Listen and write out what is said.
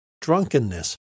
drunkenness